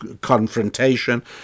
confrontation